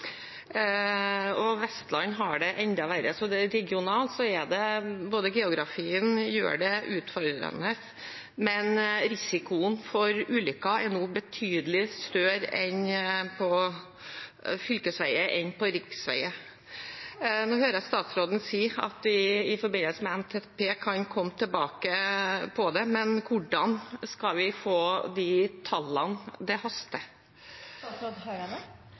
Vestland har det enda verre. Regionalt gjør geografien det utfordrende, men risikoen for ulykker er nå betydelig større på fylkesveier enn på riksveier. Jeg hører statsråden si at man i forbindelse med ny NTP kan komme tilbake til det, men hvordan skal vi få de tallene? Det haster.